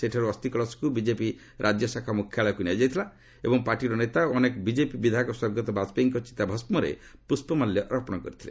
ସେଠାରୁ ଅସ୍ଥି କଳସକୁ ବିଜେପି ରାଜ୍ୟ ଶାଖା ମୁଖ୍ୟାଳୟକୁ ନିଆଯାଇଥିଲା ଏବଂ ପାର୍ଟିର ନେତା ଓ ଅନେକ ବିଜେପି ବିଧାୟକ ସ୍ୱର୍ଗତ ବାଜପେୟୀଙ୍କ ଚିତାଭଷ୍କରେ ପୁଷ୍ପମାଲ୍ୟ ଅର୍ପମଣ କରିଥିଲେ